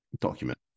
document